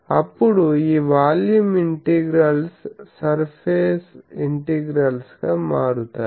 అప్పుడు ఈ volume integrals surface integrals గా మారు తాయి